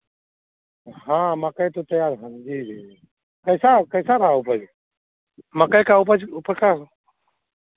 हाँ मकई तो तैयार हाँ जी जी कैसा कैसा रहा उपज मकई का उपज आपका